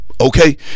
Okay